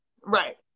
Right